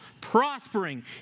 prospering